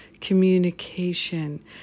communication